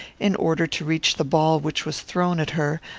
in order to reach the ball which was thrown at her,